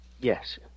Yes